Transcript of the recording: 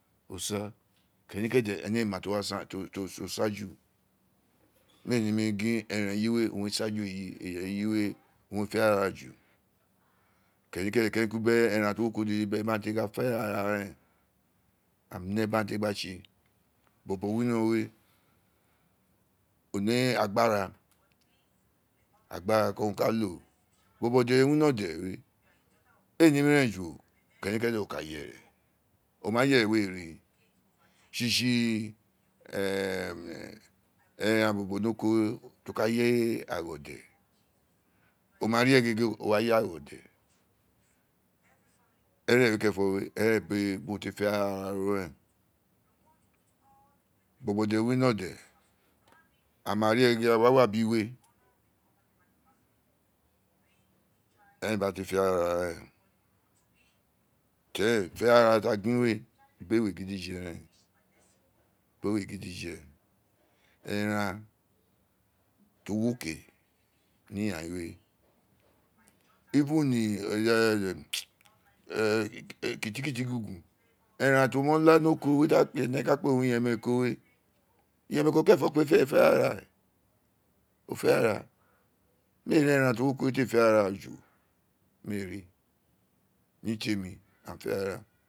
Uso̦ kenikede ene ee ma to wa saan to sa ju mi a nemi gin erun eye we owun ne saa ju eyi we owun re fe ara ju keni kede kene kun bi eran ti o wi oko dede di ee fe ara aghaan a ne bi a kele ka tse bo̦bo̦ wino̦ we o ne agbara agbara keren o ka lo̦ bo̦bo̦ de wino̦ de we ee nemi ren ju o keni kede o ka yere o ma yere we rii tsitsi eran bo̦bo̦ ni oko we ti o ka yi ireye re ayo̦de o ma ri yi ee gege o wa yi re ayo̦de eren we kerenfo̦ we eren bi ewe bi o te fe ara ro reen bo̦bo̦ de wino̦ de a ma ri uwo de a wi a bi iwe eren bi a te fe ara aghaan reen to ri eren fe ara tia gin we bi ewe gidije eran ti o wi o ke ni yayin we kiti kiti gungi eran ti o mo̦ laa ni oko we ti ene ka kpe wun oyemeko̦ we oyemeko̦ kerenfo kpe fe aghara o fe aghara mi a ri eran ti o wi oko we ti ee fe aghara mi ee rii ni temi aghaan fe aghara.